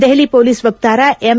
Delhi police ವಕ್ತಾರ M